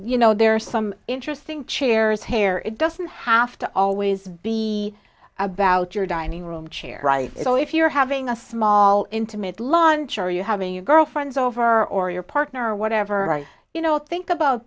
you know there are some interesting chairs hair it doesn't have to always be about your dining room chair right it's only if you're having a small intimate lunch are you having your girlfriends over or your partner or whatever you know think about